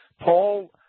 Paul